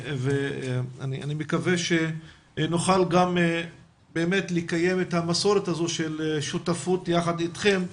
אני מקווה שנוכל גם באמת לקיים את המסורת הזו של שותפות יחד איתכם,